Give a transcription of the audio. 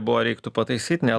buvo reiktų pataisyt ne